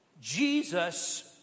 Jesus